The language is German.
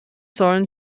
sollen